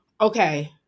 okay